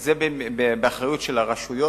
זה באחריות הרשויות.